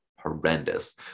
horrendous